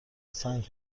سنگ